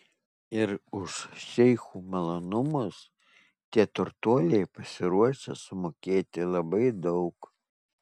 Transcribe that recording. ir už šeichų malonumus tie turtuoliai pasiruošę sumokėti labai daug